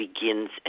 begins